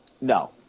No